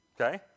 Okay